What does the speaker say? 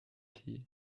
tea